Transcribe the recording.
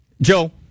Joe